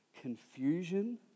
confusion